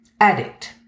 Addict